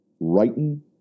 writing